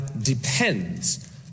depends